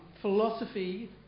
philosophy